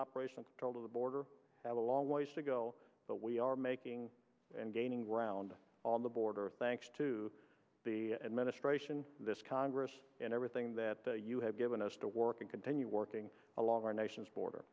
operation of the border have a long ways to go but we are making and gaining ground on the border thanks to the administration this congress and everything that you have given us to work and continue working along our nation's border